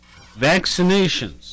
vaccinations